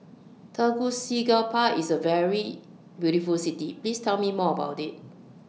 Tegucigalpa IS A very beautiful City Please Tell Me More about IT